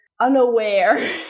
unaware